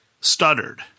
stuttered